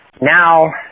Now